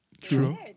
True